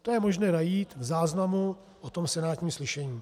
To je možné najít v záznamu o tom senátním slyšení.